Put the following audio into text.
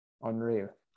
Unreal